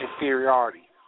inferiority